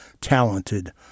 talented